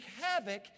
havoc